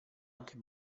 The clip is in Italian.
anche